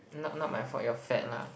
not not my fault you're fat lah